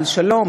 על שלום,